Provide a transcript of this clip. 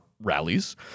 rallies